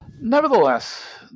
Nevertheless